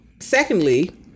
Secondly